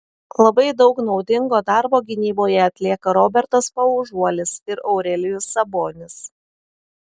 labai daug naudingo darbo gynyboje atlieka robertas paužuolis ir aurelijus sabonis